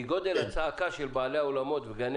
מגודל הצעקה של הזוגות ובעלי האולמות וגני